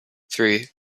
three